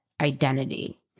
identity